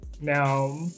Now